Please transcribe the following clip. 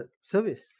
service